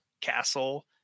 castle